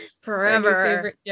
forever